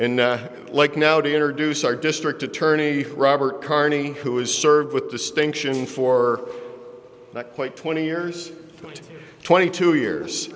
and like now to introduce our district attorney robert carney who has served with distinction for not quite twenty years twenty two years